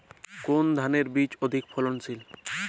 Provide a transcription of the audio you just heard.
কোন ধানের বীজ অধিক ফলনশীল?